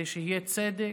שיהיה צדק,